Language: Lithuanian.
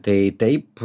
tai taip